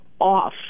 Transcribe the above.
off